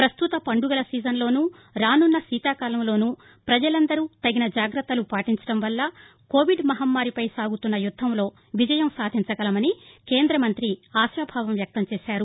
పస్తుత పండుగల సీజన్ లోను రాసున్న శీతాకాలంలోను ప్రజలందరూ తగిన జాగ్రత్తలు పాటించడం వల్ల కోవిడ్ మహమ్మారిపై సాగుతున్న యుద్దంలో విజయం సాధించగలమని కేంద మంతి ఆశాభావం వ్యక్తం చేశారు